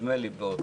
נדמה לי באותלו,